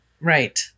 right